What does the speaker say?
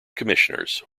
commissioners